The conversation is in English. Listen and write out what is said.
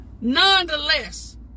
Nonetheless